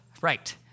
Right